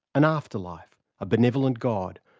an afterlife, a benevolent god,